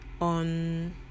on